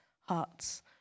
hearts